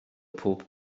pob